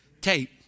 Tape